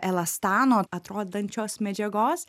elastano atrodančios medžiagos